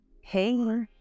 Hey